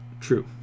True